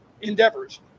endeavors